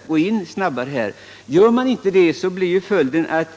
snabbare sätta i gång projektet.